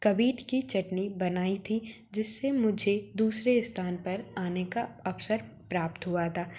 कबित की चटनी बनाई थी जिससे मुझे दूसरे स्थान पर आने का अवसर प्राप्त हुआ था